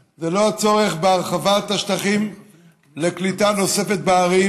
זה לא הצורך בהרחבת השטחים לקליטה נוספת בערים,